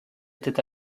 était